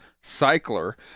cycler